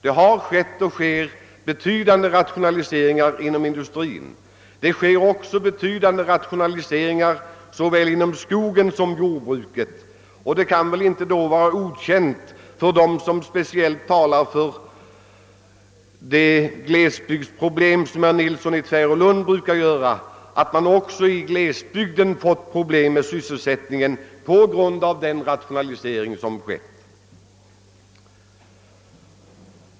Det har skett och sker betydande rationaliseringar inom industrin. Det sker också betydande rationaliseringar såväl inom skogsbruket som inom jordbruket. Det kan väl då inte vara okänt för dem som speciellt talar för de glesbygdsproblem som herr Nilsson i Tvärålund brukar ta upp, att man också i glesbygden fått problem med sysselsättningen på grund av den rationalisering som skett.